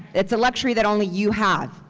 it's a luxury that only you have,